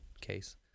case